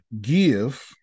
give